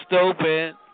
stupid